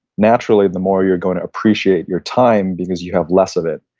naturally, the more you're going to appreciate your time because you have less of it.